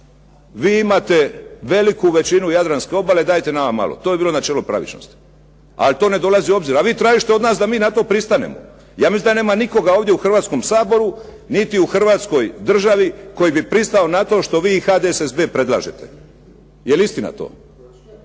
vi imate veliku većinu jadranske obale, dajte nama malo. To bi bilo načelo pravičnosti, ali to ne dolazi u obzir. A vi tražite od nas da mi na to pristanemo. Ja mislim da nema nikoga ovdje u Hrvatskom saboru niti u Hrvatskoj državi koji bi pristao na to što vi i HDSSB predlažete. Je li istina to?